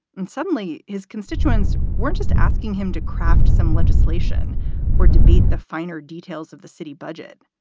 and suddenly his constituents weren't just asking him to craft some legislation or debate the finer details of the city budget.